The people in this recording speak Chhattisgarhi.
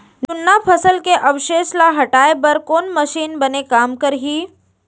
जुन्ना फसल के अवशेष ला हटाए बर कोन मशीन बने काम करही?